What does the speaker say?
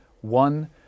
one